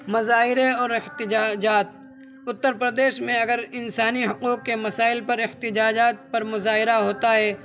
مظاہرے اور احتجاجات اتّر پردیش میں اگر انسانی حقوق کے مسائل پر احتجاجات پر مظاہرہ ہوتا ہے